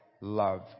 Love